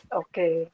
okay